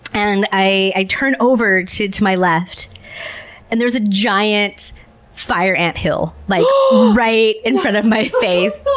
and i turn over to to my left and there was a giant fire ant hill like right in front of my face.